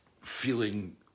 feeling